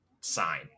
sign